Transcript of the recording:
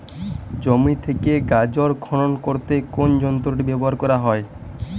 জমি থেকে গাজর খনন করতে কোন যন্ত্রটি ব্যবহার করা হয়?